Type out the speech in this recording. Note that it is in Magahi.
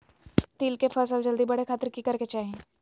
तिल के फसल जल्दी बड़े खातिर की करे के चाही?